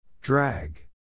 Drag